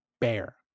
bear